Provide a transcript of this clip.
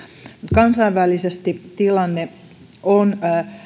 kansainvälisesti tilanne on